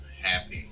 happy